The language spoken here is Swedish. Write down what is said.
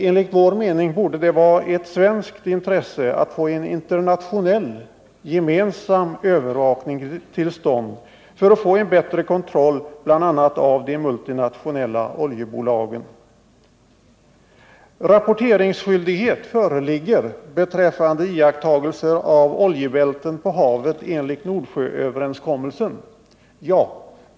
Enligt vår mening borde det vara ett svenskt intresse att få till stånd en gemensam internationell övervakning för att få bättre kontroll bl.a. av de multinationella oljebolagen. Rapporteringsskyldighet föreligger beträffande iakttagelser av oljebälten på havet enligt Nordsjööverenskommelsen.